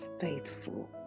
faithful